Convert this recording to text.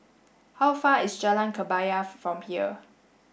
how far away is Jalan Kebaya from here